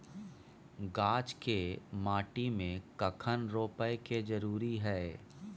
गाछ के माटी में कखन रोपय के जरुरी हय?